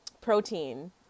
Protein